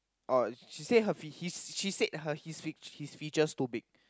oh she say her she said her his his features too big